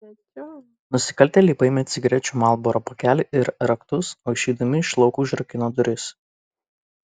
nusikaltėliai paėmė cigarečių marlboro pakelį ir raktus o išeidami iš lauko užrakino duris